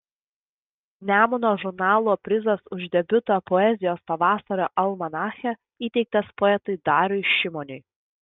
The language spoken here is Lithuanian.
nemuno žurnalo prizas už debiutą poezijos pavasario almanache įteiktas poetui dariui šimoniui